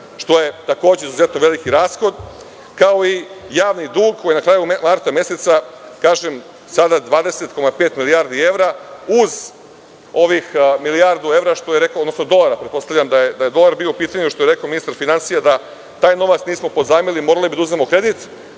što je takođe izuzetno veliki rashod, kao i javni dug koji je na kraju marta meseca sada 20,5 milijardi evra, uz ovih milijardu evra, odnosno dolara, pretpostavljam da je dolar bio u pitanju. Što je rekao ministar finansija, da taj novac nismo pozajmili, morali bi da uzmemo kredit.